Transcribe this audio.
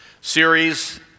series